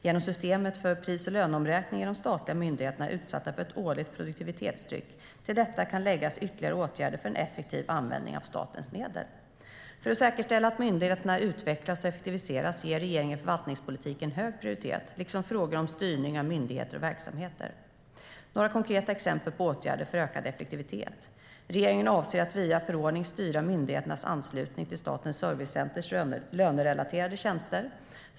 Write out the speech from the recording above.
Genom systemet för pris och löneomräkning är de statliga myndigheterna utsatta för ett årligt produktivitetstryck. Till detta kan läggas ytterligare åtgärder för en effektiv användning av statens medel. För att säkerställa att myndigheterna utvecklas och effektiviseras ger regeringen förvaltningspolitiken hög prioritet, liksom frågor om styrning av myndigheter och verksamheter. Några konkreta exempel på åtgärder för ökad effektivitet är följande: Regeringen avser att via förordning styra myndigheternas anslutning till Statens servicecenters lönerelaterade tjänster.